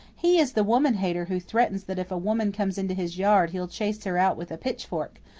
he is the woman hater who threatens that if a woman comes into his yard he'll chase her out with a pitch-fork.